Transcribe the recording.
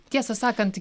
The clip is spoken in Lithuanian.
tiesą sakant